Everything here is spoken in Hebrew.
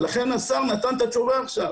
ולכן השר נתן את התשובה עכשיו,